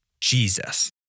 Jesus